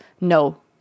No